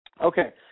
Okay